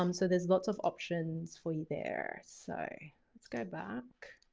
um so there's lots of options for you there. so let's go back.